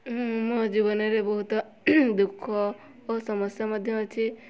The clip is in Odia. ମୋ ଜୀବନରେ ବହୁତ ଦୁଃଖ ଓ ସମସ୍ୟା ମଧ୍ୟ ଅଛି